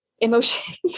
emotions